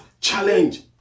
challenge